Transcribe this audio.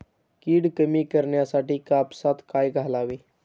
कीड कमी करण्यासाठी कापसात काय घालावे?